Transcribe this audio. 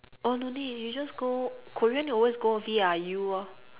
oh no need you just go Korean always go V I U lor